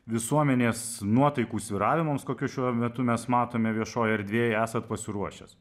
visuomenės nuotaikų svyravimams kokius šiuo metu mes matome viešoje erdvėje esat pasiruošęs